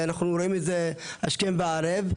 אנחנו רואים את זה השכם וערב.